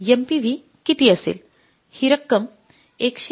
ही रक्कम १९८